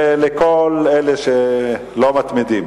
זה לכל אלה שלא מתמידים.